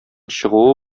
чыгуы